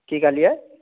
की कहलियै